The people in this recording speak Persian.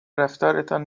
رفتارتان